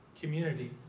community